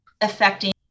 affecting